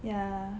ya